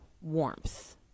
warmth